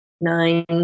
nine